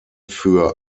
für